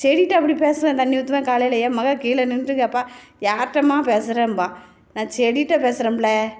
செடிகிட்ட அப்படி பேசுவேன் தண்ணி ஊற்றுவேன் காலையில் என் மகள் கீழே நின்றுட்டு கேட்பா யார்கிட்டமா பேசுகிறேன்பா நான் செடிகிட்ட பேசுகிறேன் பிள்ளை